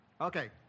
okay